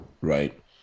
right